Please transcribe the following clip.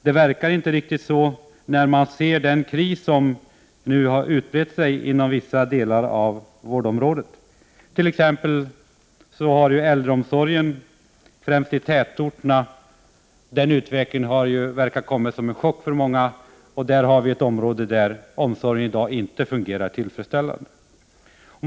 Det verkar inte som om så var fallet med tanke på den kris som nu har utbrett sig inom vissa delar av vårdområdet. Utvecklingen inom t.ex. äldreomsorgen, främst i tätorterna, verkar ha kommit som en chock för många. Det är ett område där omsorgen i dag inte fungerar tillfredsställande.